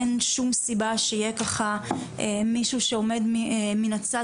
אין שום סיבה שיהיה מישהו שעומד מן הצד,